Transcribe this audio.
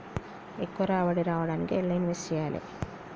ఎక్కువ రాబడి రావడానికి ఎండ్ల ఇన్వెస్ట్ చేయాలే?